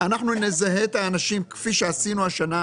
אנחנו נזהה את האנשים כפי שעשינו השנה.